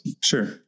Sure